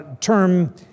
term